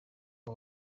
aba